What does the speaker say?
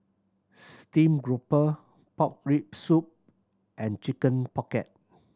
steamed grouper pork rib soup and Chicken Pocket